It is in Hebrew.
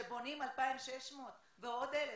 שבונים 2,600 ועוד 1,000?